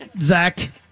Zach